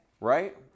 Right